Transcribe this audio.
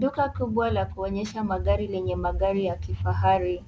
Duka kubwa la kuonyesha magari lenye magari ya kifahari.